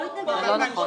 לא התנגדנו.